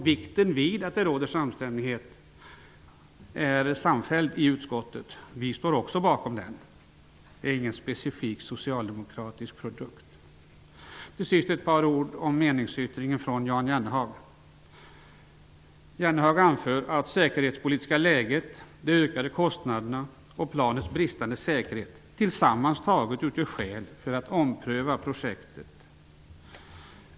Vikten av att det råder samstämmighet stöder man samfällt i utskottet. Vi står också bakom den uppfattningen. Det är ingen specifikt socialdemokratisk produkt. Till sist ett par ord om meningsyttringen från Jan Jennehag. Jan Jennehag anför att det säkerhetspolitiska läget, de ökande kostnaderna och planets bristande säkerhet sammantaget utgör skäl för att ompröva projektet.